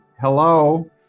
Hello